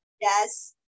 Yes